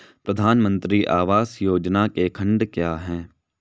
प्रधानमंत्री आवास योजना के खंड क्या हैं?